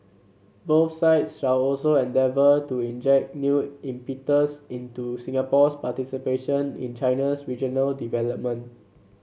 both sides shall also endeavour to inject new impetus into Singapore's participation in China's regional development